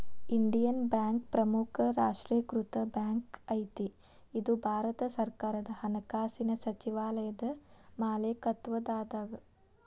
Indian bank ಪ್ರಮುಖ ರಾಷ್ಟ್ರೇಕೃತ bank ಐತಿ ಇದು ಭಾರತ ಸರ್ಕಾರದ ಹಣಕಾಸಿನ್ ಸಚಿವಾಲಯದ ಮಾಲೇಕತ್ವದಾಗದ